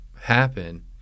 happen